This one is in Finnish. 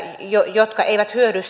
jotka eivät hyödy